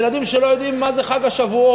ילדים שלא יודעים מה זה חג השבועות,